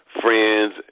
friends